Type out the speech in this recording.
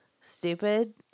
stupid